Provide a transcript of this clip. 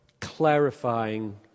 clarifying